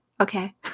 okay